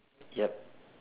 yup